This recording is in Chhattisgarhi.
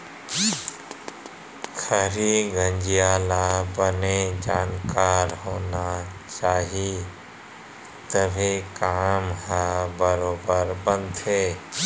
खरही गंजइया ल बने जानकार होना चाही तभे काम ह बरोबर बनथे